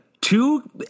Two